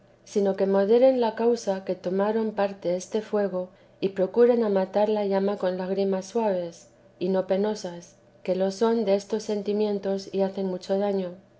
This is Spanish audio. sino que moderen la causa que tomaron para ese fuego y procuren a matar la llama con lágrimas suaves y no penosas que lo son las destos sentimientos y hacen mucho daño